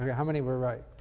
how many were right?